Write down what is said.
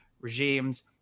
regimes